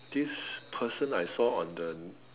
this person I saw on the